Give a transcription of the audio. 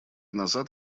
назад